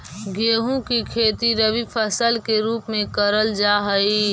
गेहूं की खेती रबी फसल के रूप में करल जा हई